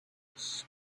wise